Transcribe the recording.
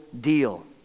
deal